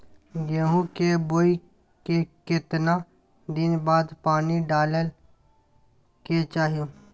गेहूं के बोय के केतना दिन बाद पानी डालय के चाही?